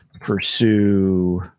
pursue